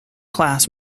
class